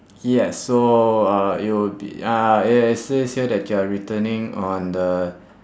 yes so uh it will be uh it says here that you are returning on the